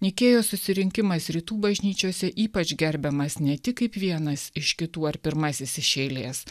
nikėjos susirinkimas rytų bažnyčiose ypač gerbiamas ne tik kaip vienas iš kitų ar pirmasis iš eilės